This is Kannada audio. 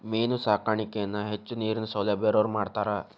ಮೇನು ಸಾಕಾಣಿಕೆನ ಹೆಚ್ಚು ನೇರಿನ ಸೌಲಬ್ಯಾ ಇರವ್ರ ಮಾಡ್ತಾರ